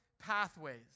Pathways